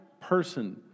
person